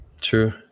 True